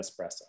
espresso